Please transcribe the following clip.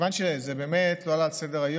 כיוון שזה באמת לא עלה על סדר-היום,